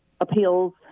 appeals